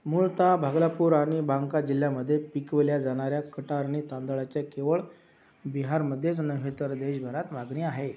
मूलतः भागलापूर आणि बांका जिल्ह्यांमध्ये पिकविल्या जाणार्या कटारणी तांदळाचे केवळ बिहारमध्येच नव्हे तर देशभरात मागणी आहे